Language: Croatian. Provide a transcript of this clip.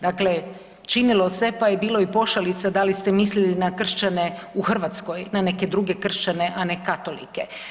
Dakle, činilo se pa je bilo i pošalica da li ste mislili na kršćane u Hrvatskoj, na neke druge kršćane, a ne katolike.